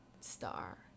star